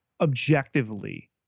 objectively